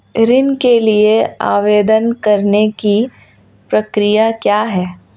ऋण के लिए आवेदन करने की प्रक्रिया क्या है?